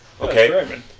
Okay